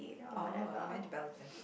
oh you went to Belgium